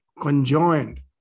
conjoined